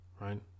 right